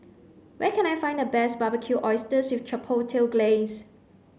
where can I find the best Barbecued Oysters Chipotle Glaze